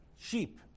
sheep